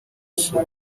ashima